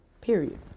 period